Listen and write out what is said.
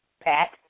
Pat